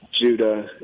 Judah